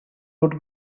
would